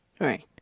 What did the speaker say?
Right